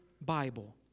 Bible